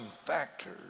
factor